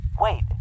Wait